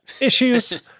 issues